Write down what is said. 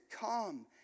come